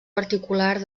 particular